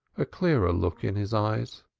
a clearer look in his eyes.